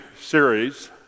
series